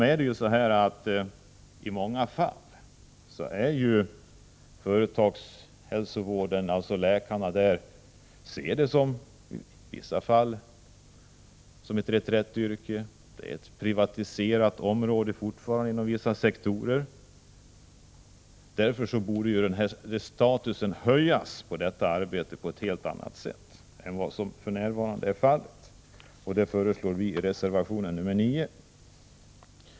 I många fall ser läkarna ett arbete inom företagshälsovården som en reträttplats. Det är fortfarande ett privatiserat område inom vissa sektorer. Därför måste detta arbete ges en helt annan status än det har för närvarande, och det föreslår vi i reservation 9.